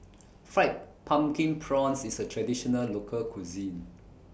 Fried Pumpkin Prawns IS A Traditional Local Cuisine